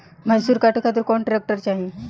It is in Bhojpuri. मैसूर काटे खातिर कौन ट्रैक्टर चाहीं?